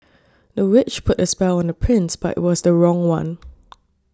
the witch put a spell on the prince but it was the wrong one